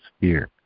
fear